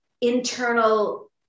internal